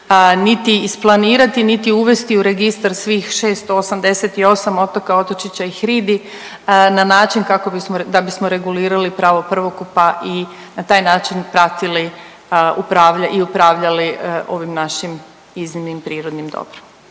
niti isplanirati, niti uvesti u registar svih 688 otoka, otočića i hridi na način kako bismo, da bismo regulirali pravo prvokupa i na taj način pratili i upravljali ovim našim iznimnim prirodnim dobrom.